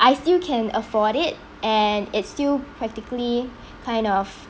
I still can afford it and it's still practically kind of